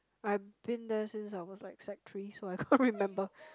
I been there since I was like sec three so I don't remember